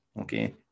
Okay